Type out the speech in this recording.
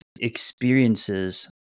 experiences